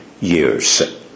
years